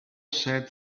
set